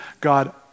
God